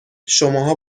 شماها